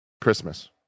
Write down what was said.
christmas